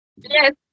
Yes